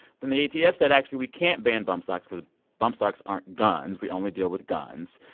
the the atf said, actually, we can't ban bump stocks because bump stocks aren't guns. we only deal with guns.